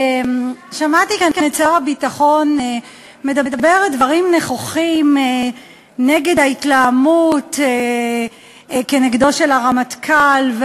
שמעתי כאן את שר הביטחון מדבר דברים נכוחים נגד ההתלהמות נגד הרמטכ"ל,